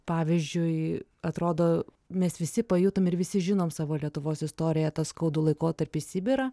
pavyzdžiui atrodo mes visi pajutom ir visi žinom savo lietuvos istoriją tą skaudų laikotarpį sibirą